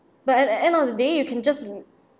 but at the end of the day you can just